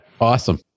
Awesome